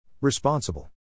Responsible